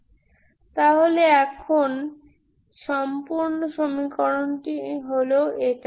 ￼ তাহলে এখন সম্পূর্ণ সমীকরণটি হল এটা